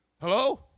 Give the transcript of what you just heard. Hello